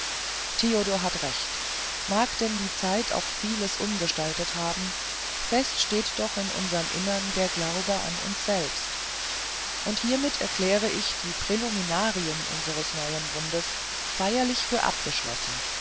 theodor hat recht mag denn die zeit auch vieles umgestaltet haben feststeht doch in unserm innern der glaube an uns selbst und hiermit erkläre ich die präliminarien unsers neuen bundes feierlichst für abgeschlossen